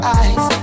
eyes